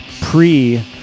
pre